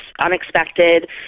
unexpected